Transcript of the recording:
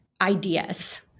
Ideas